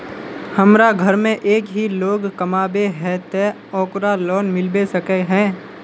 हमरा घर में एक ही लोग कमाबै है ते ओकरा लोन मिलबे सके है?